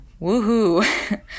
Woohoo